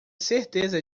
certeza